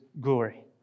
glory